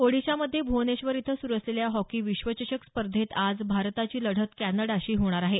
ओडिशामध्ये भ्वनेश्वर इथं सुरू असलेल्या हॉकी विश्वचषक स्पर्धेत आज भारताची लढत कॅनडाशी होणार आहे